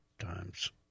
times